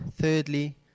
Thirdly